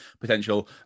potential